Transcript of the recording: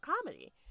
comedy